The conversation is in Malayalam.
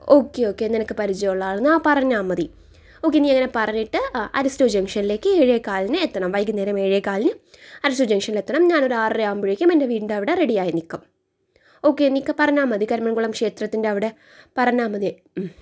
ഓക്കേ ഓക്കേ നിനക്ക് പരിചയുള്ള ആൾ ആ പറഞ്ഞാൽ മതി ഓക്കേ നീ അങ്ങനെ പറഞ്ഞിട്ട് അരിസ്റ്റോ ജംഗ്ഷനിലേക്ക് ഏഴേകാലിന് എത്തണം വൈകുന്നേരം ഏഴേകാലിന് അരിസ്റ്റോ ജംഗ്ഷനിൽ എത്തണം ഞാനൊരു ആറരയാകുമ്പോഴേക്കും എൻ്റെ വീടിൻ്റെ അവിടെ റെഡിയായി നിൽക്കും ഓക്കേ നീക്ക് പറഞ്ഞാൽ മതി കരിമങ്കുളം ക്ഷേത്രത്തിൻ്റെ അവിടെ പറഞ്ഞാൽ മതി